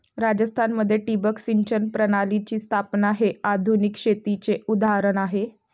राजस्थान मध्ये ठिबक सिंचन प्रणालीची स्थापना हे आधुनिक शेतीचे उदाहरण आहे